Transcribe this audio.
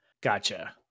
Gotcha